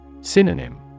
Synonym